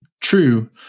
True